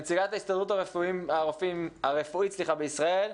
נציגת ההסתדרות הרפואית בישראל,